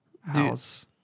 House